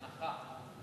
הנחה.